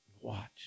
Watch